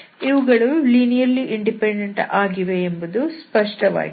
ಇವುಗಳು linearly independent ಆಗಿವೆ ಎಂಬುದು ಸ್ಪಷ್ಟವಾಗಿದೆ